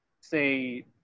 say